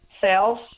sales